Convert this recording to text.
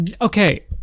Okay